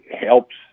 helps